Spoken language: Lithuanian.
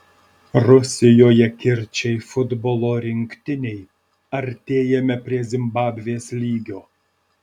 rusijoje kirčiai futbolo rinktinei artėjame prie zimbabvės lygio